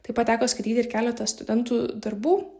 taip pat teko skaityti ir keletą studentų darbų